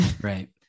Right